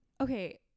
okay